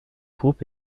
groupe